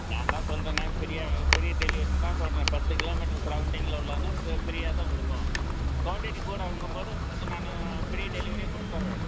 நான் தான் சொல்கிறேனே ஃப்ரீயாக ஃப்ரீ டெலிவரின்னு தான் சொல்கிறேன் பத்து கிலோமீட்ரு சரௌண்டிங்கில் உள்ளன்னால் ஃபஃப்ரீயாக தான் கொடுப்போம் குவாண்டிட்டி கூடங்கும் போது உங்களுக்கு நான் ஃப்ரீ டெலிவரியே கொடுத்துர்றேன்